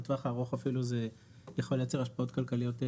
בטווח הארוך זה יכול אפילו לייצר השפעות כלכליות מרובות.